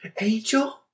Angel